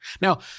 Now